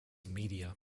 media